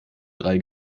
drei